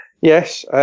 Yes